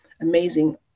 amazing